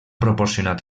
proporcionat